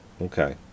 Okay